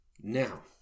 Now